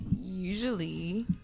Usually